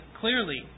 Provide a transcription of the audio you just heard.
clearly